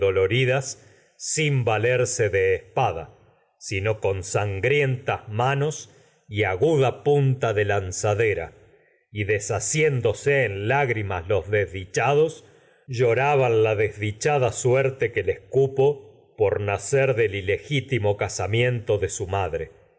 sin valerse espada sino con sangrientas aguda mas punta de lanzadera y deshaciéndose en lágri los desdichados lloraban la desdichada por nacer suerte que les cupo del ilegítimo casamiento de su ma